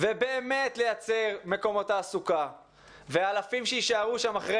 ולייצר מקומות תעסוקה ואלפים שיישארו שם אחרי.